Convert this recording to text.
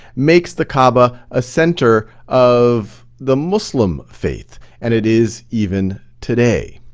makes the kaaba a center of the muslim faith. and it is even today.